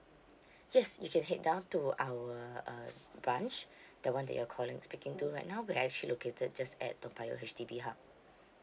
yes you can head down to our uh branch the one that you're calling speaking to right now we are actually located just at toa payoh H_D_B hub